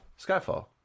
Skyfall